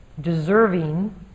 deserving